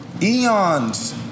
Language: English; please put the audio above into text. Eons